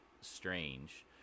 strange